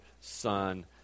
Son